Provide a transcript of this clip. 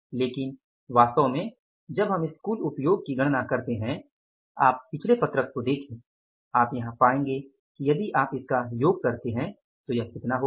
लेकिन वास्तव में जब हम इस कुल उपयोग की गणना करते है आप पिछली पत्रक को देखे आप यहां पाएंगे कि यदि आप इसका योग करते हैं तो यह कितना होगा